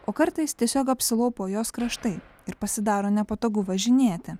o kartais tiesiog apsilaupo jos kraštai ir pasidaro nepatogu važinėti